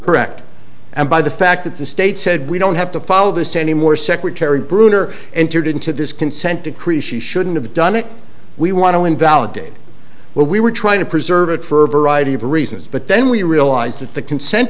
correct and by the fact that the state said we don't have to follow this anymore secretary bruner entered into this consent decree she shouldn't have done it we want to invalidate what we were trying to preserve it for a variety of reasons but then we realized that the consent